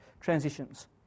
transitions